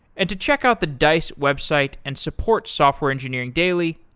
and to check out the dice website and support software engineering daily,